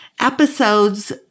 episodes